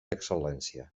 excel·lència